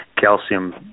calcium